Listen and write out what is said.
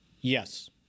Yes